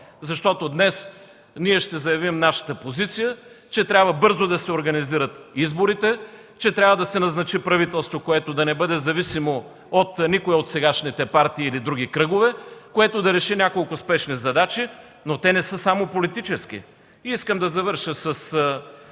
защото днес ние ще заявим нашата позиция, че трябва бързо да се организират изборите, че трябва да се назначи правителство, което да не бъде зависимо от никоя от сегашните партии или други кръгове и което да реши няколко спешни задачи, но те не са само политически. Искам да завърша с